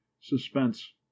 suspense